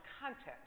Content